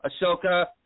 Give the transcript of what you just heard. Ahsoka